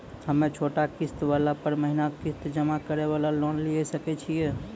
हम्मय छोटा किस्त वाला पर महीना किस्त जमा करे वाला लोन लिये सकय छियै?